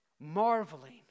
marveling